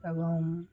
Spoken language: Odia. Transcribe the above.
ଏବଂ